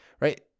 Right